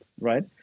right